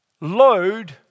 load